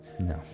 No